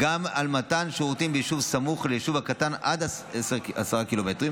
גם על מתן שירותים ביישוב סמוך ליישוב הקטן עד 10 קילומטר,